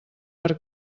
per